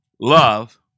Love